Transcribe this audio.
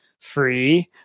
free